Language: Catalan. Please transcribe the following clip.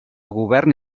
govern